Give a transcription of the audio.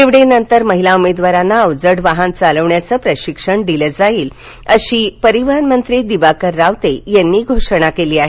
निवडीनंतर महिला उमेदवारांना अवजड वाहन चालविण्याचं प्रशिक्षण देण्यात येईल अशी परिवहनमंत्री दिवाकर रावते यांनी घोषणा केली आहे